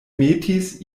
metis